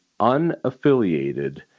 unaffiliated